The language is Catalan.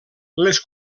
les